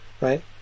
right